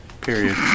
period